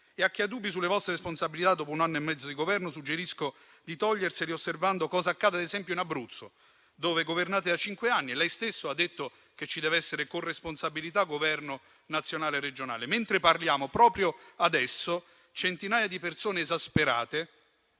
e a chi ha dubbi sulle vostre responsabilità, dopo un anno e mezzo di Governo, suggerisco di toglierseli osservando cos'accade ad esempio in Abruzzo, dove governate da cinque anni. Lei stesso ha detto che ci dev'essere corresponsabilità tra Governo nazionale e regionale; mentre parliamo, proprio adesso, centinaia di persone esasperate